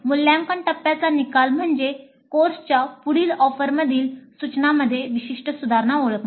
मूल्यांकन टप्प्याचा निकाल म्हणजे कोर्सच्या पुढील ऑफरमधील सूचनांमध्ये विशिष्ट सुधारणा ओळखणे